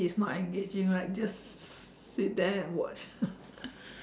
T_V is not engaging lah just sit there and watch